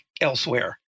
elsewhere